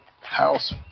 House